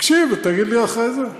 תקשיב ותגיד לי אחרי זה.